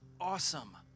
awesome